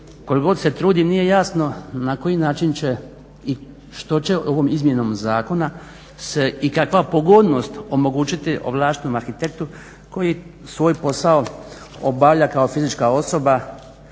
koliko god se trudim nije jasno na koji način će i što će ovom izmjenom zakona se i kakva pogodnost, omogućiti ovlaštenom arhitektu koji svoj posao obavlja kao fizička osoba